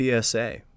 PSA